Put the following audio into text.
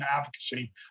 advocacy